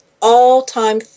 all-time